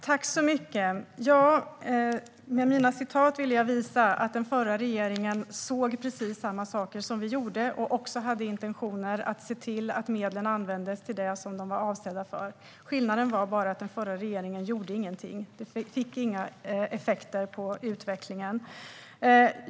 Herr talman! Med mina citat ville jag visa att den förra regeringen såg precis samma saker som vi och också hade intentioner att se till att medlen användes till det som de var avsedda för. Skillnaden var bara att den förra regeringen inte gjorde något. Det fick inga effekter på utvecklingen.